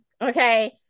okay